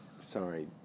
sorry